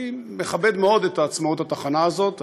אני מכבד מאוד את עצמאות התחנה הזאת.